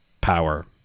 power